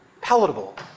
palatable